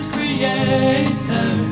Creator